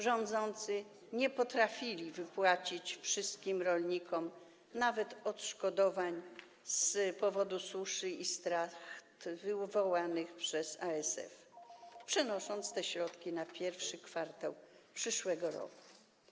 Rządzący nie potrafili nawet wypłacić wszystkim rolnikom odszkodowań z powodu suszy i strat wywołanych przez ASF, przenosząc te środki na I kwartał przyszłego roku.